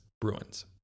Bruins